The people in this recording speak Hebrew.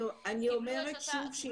אני אומרת שוב,